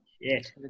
Yes